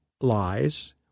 lies